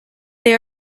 they